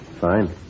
Fine